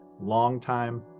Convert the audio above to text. longtime